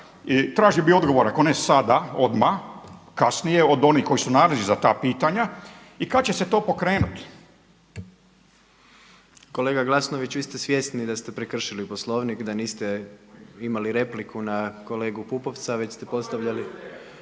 tražio bih odgovore ako ne sada, odmah, kasnije, od onih koji su nadležni za ta pitanja i kada će se to pokrenuti. **Jandroković, Gordan (HDZ)** Kolega Glasnović vi ste svjesni da ste prekršili Poslovnik, da niste imali repliku na kolegu Pupovca već ste postavljali